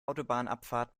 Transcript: autobahnabfahrt